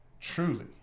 truly